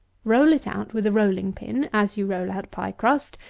roll it out with a rolling-pin, as you roll out pie-crust,